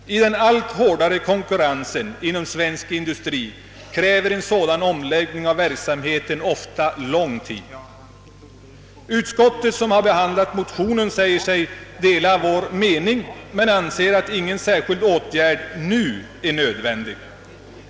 I den allt hårdare konkurrensen inom svensk industri kräver en sådan omläggning av verksamheten ofta lång tid. Utskottet säger sig dela vår mening men anser att ingen särskild åtgärd nu erfordras.